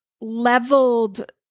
leveled